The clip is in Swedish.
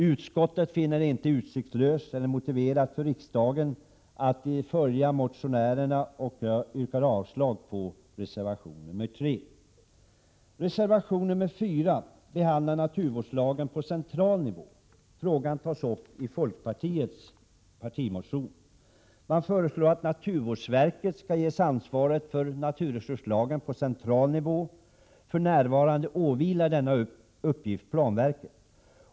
Utskottet finner det inte motiverat att stödja motionärerna. Jag yrkar avslag på reservation 3. I reservation 4 behandlas naturvårdslagen på central nivå. Frågan tas upp i folkpartiets partimotion Bo502. Det föreslås att naturvårdsverket ges ansvaret för NRL på central nivå. För närvarande åvilar denna uppgift planverket.